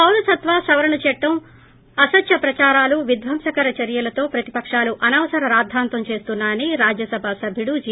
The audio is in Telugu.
పౌరసత్వ సవరణ బిల్లుపై అసత్వ ప్రచారాలు విధ్వంసకర చర్యలతో ప్రతిపకాలు అనవసర రాద్గాంతం చేస్తున్నా యని రాజ్యసభ సభ్యుడు జి